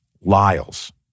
Lyle's